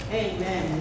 amen